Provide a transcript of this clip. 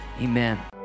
Amen